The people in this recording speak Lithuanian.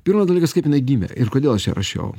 pirmas dalykas kaip jinai gimė ir kodėl rašiau